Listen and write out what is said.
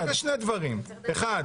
אני אומר שני דברים: אחד,